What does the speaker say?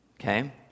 okay